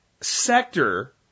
sector